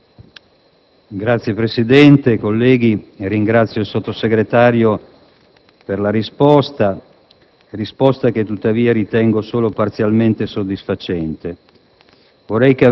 Signor Presidente, colleghi, ringrazio il Sottosegretario per la risposta che, tuttavia, ritengo solo parzialmente soddisfacente.